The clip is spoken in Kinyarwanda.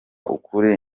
ukuri